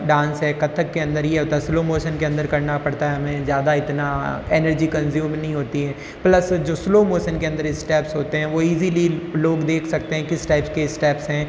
dance है कथक के अंदर ये होता है स्लो मोशन के अंदर करना पड़ता है हमें ज़्यादा इतना एनर्जी कज्युम नहीं होती है प्लस जो स्लो मोसन के अंदर स्टेप्स होते हैं वो ईज़िली लोग देख सकते हैं किस टाइप के स्टेप्स हैं